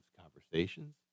conversations